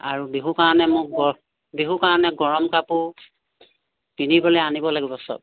আৰু বিহুৰ কাৰণে মোক গ বিহুৰ কাৰণে গৰম কাপোৰ পিন্ধিবলৈ আনিব লাগিব সব